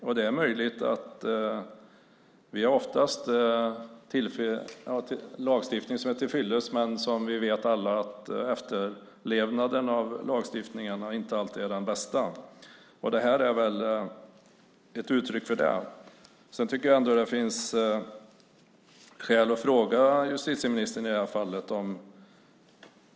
Vi har ofta lagstiftning som är tillfyllest, men vi vet alla att efterlevnaden av lagstiftningen inte alltid är den bästa. Det här är väl ett uttryck för det.